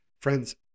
Friends